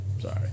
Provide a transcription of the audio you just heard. sorry